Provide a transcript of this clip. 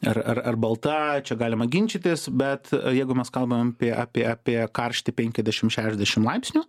ar ar ar balta čia galima ginčytis bet jeigu mes kalbam apie apie karštį penkiadešim šešdešim laipsnių